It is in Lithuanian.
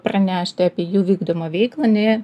pranešti apie jų vykdomą veiklą ne